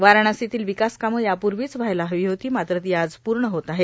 वाराणसीतील विकासकामं यापूर्वीच व्हायला हवी होती मात्र ती आज पूर्ण होत आहेत